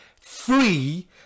free